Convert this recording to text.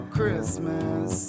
Christmas